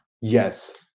Yes